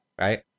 right